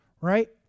right